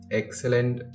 excellent